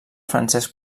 francesc